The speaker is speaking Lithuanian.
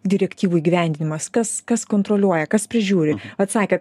direktyvų įgyvendinimas kas kas kontroliuoja kas prižiūri vat sakėt